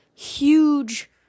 Huge